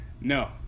No